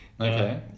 okay